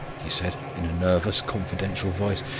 he said, in a nervous, confidential voice,